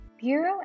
Bureau